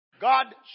God